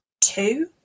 two